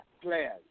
players